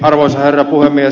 arvoisa herra puhemies